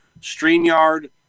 StreamYard